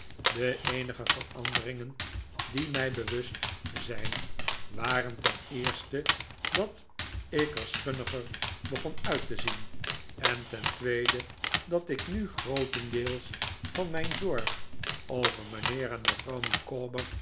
de eenige veranderingen die mij bewust zijn waren ten eerste dat ik er schunniger begon uit te zien en ten tweede dat ik nu grootendeels van mijn zorg over mijnheer en mevrouw micawber